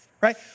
right